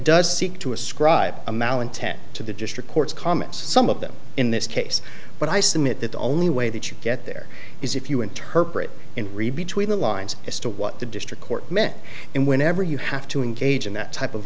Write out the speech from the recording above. does seek to ascribe a malintent to the district court's comments some of them in this case but i submit that the only way that you get there is if you interpret in read between the lines as to what the district court meant and whenever you have to engage in that type of